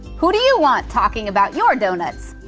who do you want talking about your donuts?